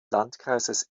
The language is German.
landkreises